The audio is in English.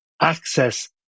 access